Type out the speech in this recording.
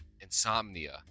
Insomnia